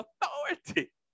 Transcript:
authority